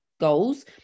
goals